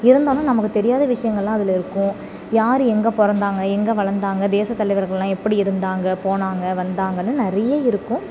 இருந்தாலும் நமக்கு தெரியாத விஷயங்கள்லாம் அதில் இருக்கும் யாரு எங்கே பிறந்தாங்க எங்கே வளர்ந்தாங்க தேசத் தலைவர்கள்லாம் எப்படி இருந்தாங்க போனாங்க வந்தாங்கனு நிறைய இருக்கும்